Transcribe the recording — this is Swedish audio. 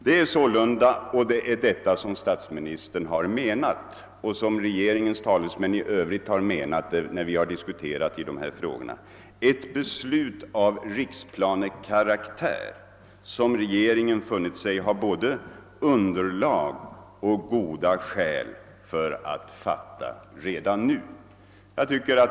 Det är således — och det är detta statsministern och regeringens talesmän i övrigt har menat när vi har diskuterat Brofjordenbeslutet — ett beslut av riksplanekaraktär, som regeringen funnit sig ha både underlag och goda skäl för att fatta redan nu.